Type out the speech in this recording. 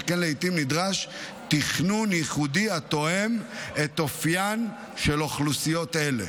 שכן לעיתים נדרש תכנון ייחודי התואם את אופיין של אוכלוסיות אלה.